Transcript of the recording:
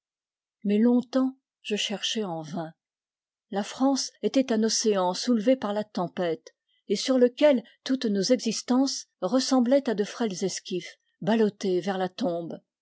mais longtemps je cherchai en vain la france était un océan soulevé par la tempête et sur lequel toutes nos existences ressemblaient à de frêles esquifs ballottés vers la tombe